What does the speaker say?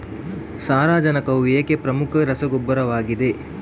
ಸಾರಜನಕವು ಏಕೆ ಪ್ರಮುಖ ರಸಗೊಬ್ಬರವಾಗಿದೆ?